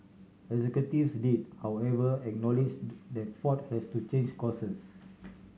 executives did however acknowledge that Ford has to change courses